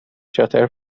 شاطر